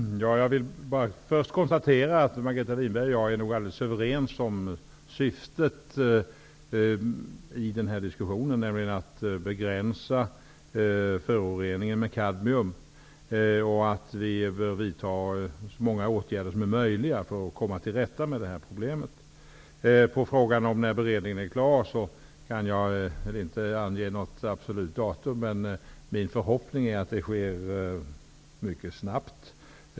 Herr talman! Jag vill bara först konstatera att Margareta Winberg och jag nog är alldeles överens om syftet med den här diskussionen, nämligen att begränsa föroreningen med kadmium och att vi bör vidta så många åtgärder som är möjliga för att komma till rätta med det här problemet. På frågan om när beredningen är klar kan jag inte svara med att ange något absolut datum. Men min förhoppning är att beredningen sker mycket snabbt.